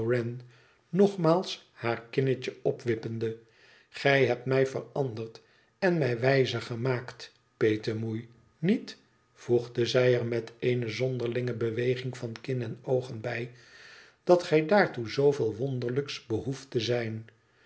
nogmaals haar kinnetje opwippende gij hebt mij veranderd en mij wijzer gemaakt petemoei niet voegde zij er met eene zonderlinge beweging van kin en oogen bij dat gij daartoe zooveel wonderlijks behoeft te zijn